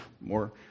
More